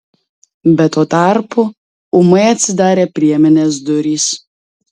bet tuo tarpu ūmai atsidarė priemenės durys